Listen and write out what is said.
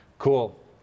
Cool